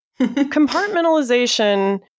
compartmentalization